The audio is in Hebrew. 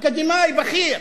אקדמאי בכיר.